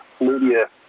media